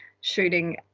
shooting